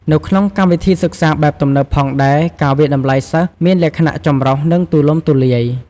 នៅក្នុងកម្មវិធីសិក្សាបែបទំនើបផងដែរ ការវាយតម្លៃសិស្ស មានលក្ខណៈ ចម្រុះ និងទូលំទូលាយ។